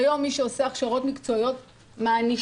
כיום מי שעושה הכשרות מקצועיות מענישים